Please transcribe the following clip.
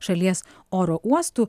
šalies oro uostų